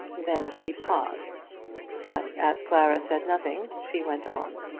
then she paused but as clara said nothing, she went on.